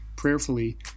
prayerfully